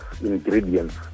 ingredients